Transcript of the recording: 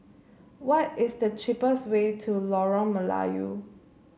what is the cheapest way to Lorong Melayu